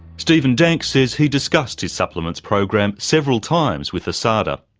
stephen dank says he discussed his supplements program several times with asada.